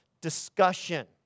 discussion